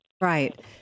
Right